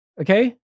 okay